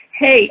hey